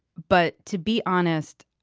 but to be honest,